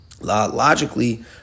Logically